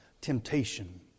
temptation